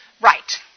Right